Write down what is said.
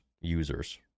users